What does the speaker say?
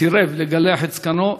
לגלח את זקנו,